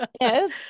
yes